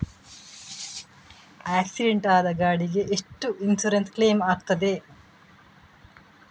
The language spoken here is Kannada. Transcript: ಆಕ್ಸಿಡೆಂಟ್ ಆದ ಗಾಡಿಗೆ ಎಷ್ಟು ಇನ್ಸೂರೆನ್ಸ್ ಕ್ಲೇಮ್ ಆಗ್ತದೆ?